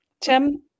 Tim